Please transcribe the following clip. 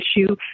issue